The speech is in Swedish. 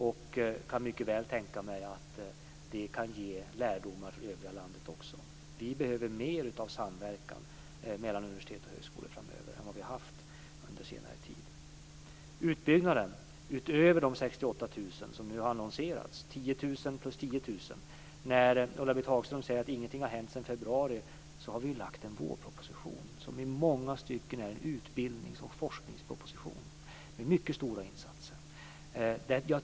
Jag kan mycket väl tänka mig att detta kan ge lärdomar också för det övriga landet. Det behövs mer av samverkan mellan universitet och högskolor framöver än vad vi har haft under senare tid. Ulla-Britt Hagström säger att ingenting har hänt sedan februari när det gäller utbyggnaden utöver de 10 000. Men vi har ju lagt fram en vårproposition som i många stycken är en utbildnings och forskningsproposition och som innehåller mycket stora insatser.